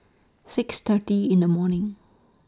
six thirty in The morning